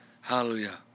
Hallelujah